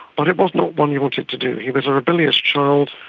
but it was not one he wanted to do. he was a rebellious child,